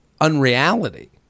unreality